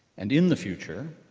and in the future,